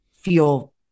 feel